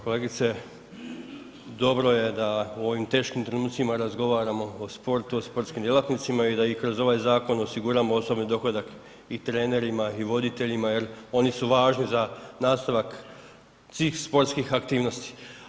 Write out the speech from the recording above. Kolegice, dobro je da u ovim teškim trenucima razgovaramo o sportu i sportskim djelatnicima i da im kroz ovaj zakon osiguramo osobni dohodak i trenerima i voditeljima jel oni su važni za nastavak svih sportskih aktivnosti.